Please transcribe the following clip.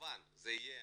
כמובן זה יהיה